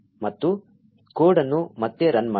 ಮತ್ತು ಕೋಡ್ ಅನ್ನು ಮತ್ತೆ ರನ್ ಮಾಡಿ